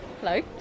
hello